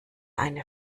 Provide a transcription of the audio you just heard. eine